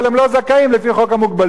אבל הם לא זכאים לפי חוק המוגבלות.